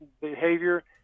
behavior